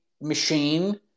machine